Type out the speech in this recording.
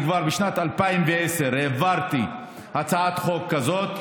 כבר בשנת 2010 העברתי הצעת חוק כזאת,